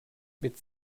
mit